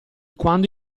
quando